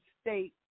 state